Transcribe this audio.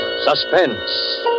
Suspense